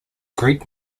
greek